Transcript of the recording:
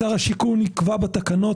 שר השיכון יקבע בתקנות.